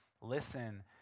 listen